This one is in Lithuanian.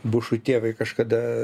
bušui tėvui kažkada